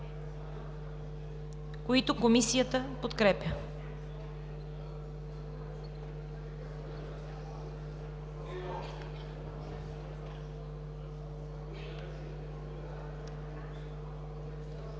които Комисията подкрепя.